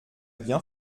bien